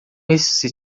esse